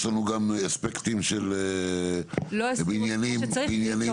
יש לנו גם אספקטים של בניינים מסוכנים.